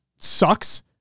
sucks